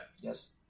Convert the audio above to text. yes